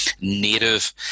native